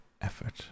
effort